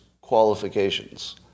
qualifications